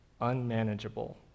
unmanageable